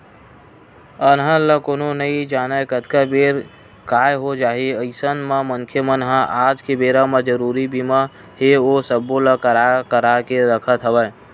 अलहन ल कोनो नइ जानय कतका बेर काय हो जाही अइसन म मनखे मन ह आज के बेरा म जरुरी बीमा हे ओ सब्बो ल करा करा के रखत हवय